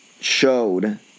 showed